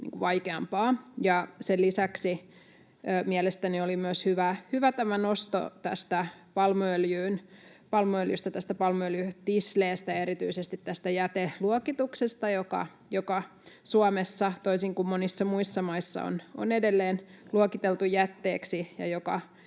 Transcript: vaikeampaa. Sen lisäksi mielestäni oli myös hyvä tämä nosto palmuöljytisleestä ja erityisesti tästä jäteluokituksesta, eli Suomessa, toisin kuin monissa muissa maissa, se on edelleen luokiteltu jätteeksi, mikä